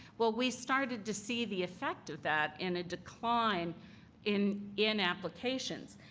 well we started to see the effect of that and a decline in in applications.